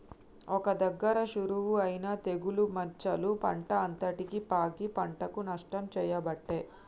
ఒక్క దగ్గర షురువు అయినా తెగులు మచ్చలు పంట అంతటికి పాకి పంటకు నష్టం చేయబట్టే